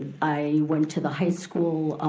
i went to the high school